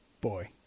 Boy